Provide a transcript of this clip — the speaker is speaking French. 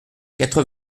quatre